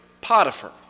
Potiphar